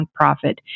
nonprofit